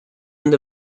end